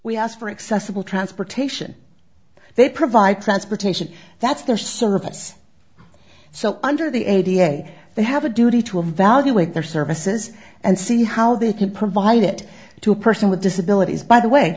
we ask for accessible transportation they provide transportation that's their service so under the a d f a they have a duty to a value with their services and see how they can provide it to a person with disabilities by the way